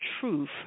truth